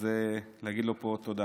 אז להגיד לו פה תודה.